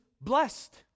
blessed